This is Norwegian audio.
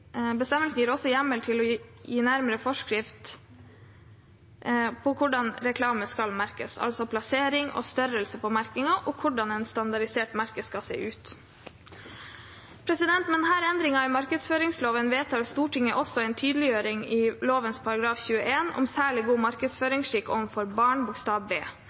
også hjemmel til å gi nærmere forskrift om hvordan reklame skal merkes, altså plassering og størrelse på merkingen og hvordan en standardisert merking skal se ut. Med denne endringen i markedsføringsloven vedtar Stortinget også en tydeliggjøring i lovens § 21, særlig om god markedsføringsskikk overfor barn, bokstav b.